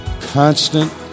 constant